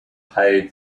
paid